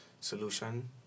solution